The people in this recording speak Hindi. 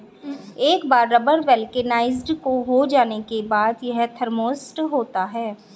एक बार रबर वल्केनाइज्ड हो जाने के बाद, यह थर्मोसेट होता है